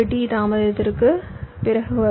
1T தாமதத்திற்குப் பிறகு வரும்